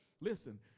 listen